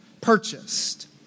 purchased